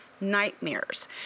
nightmares